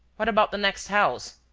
what about the next house?